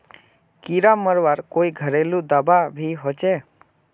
कीड़ा मरवार कोई घरेलू दाबा भी होचए?